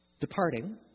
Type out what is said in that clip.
Departing